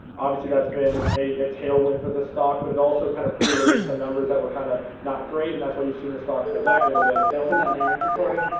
obviously, that's been a a tailwind for the stock, but it also kind of pre-released some numbers that we're kind of not great, and that's why you've seen the stock pull back a little bit. that wasn't on their inventory?